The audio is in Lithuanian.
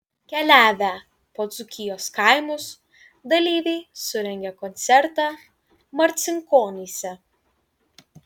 keliavę po dzūkijos kaimus dalyviai surengė koncertą marcinkonyse